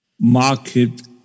market